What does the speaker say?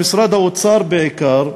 במשרד האוצר בעיקר,